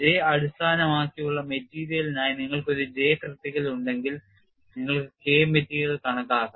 J അടിസ്ഥാനമാക്കിയുള്ള മെറ്റീരിയലിനായി നിങ്ങൾക്ക് ഒരു J ക്രിട്ടിക്കൽ ഉണ്ടെങ്കിൽ നിങ്ങൾക്ക് K മെറ്റീരിയൽ കണക്കാക്കാം